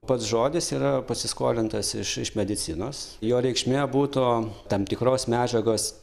pats žodis yra pasiskolintas iš iš medicinos jo reikšmė būtų tam tikros medžiagos